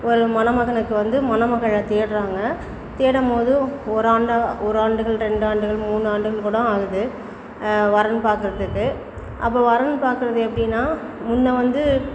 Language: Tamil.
ஒரு மணமகனுக்கு வந்து மணமகளை தேடுறாங்க தேடும்போது ஒரு ஆண்டு ஒரு ஆண்டுகள் ரெண்டு ஆண்டுகள் மூணு ஆண்டுகள் கூடம் ஆகுது வரன் பார்க்கறதுக்கு அப்போ வரன் பார்க்கறது எப்படின்னா முன்ன வந்து